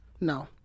No